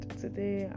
today